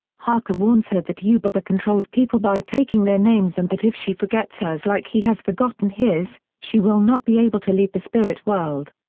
haku warns her that yubaba controls people by taking their names and that if she forgets hers like he has forgotten his, she will not be able to leave the spirit world.